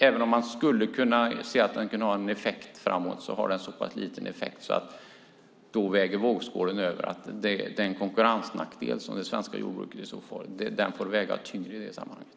Även om skatten får en effekt framåt skulle den vara så pass liten att vågskålen väger över. Den konkurrensnackdel som det svenska jordbruket i så fall får väger tyngre i det sammanhanget.